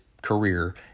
Career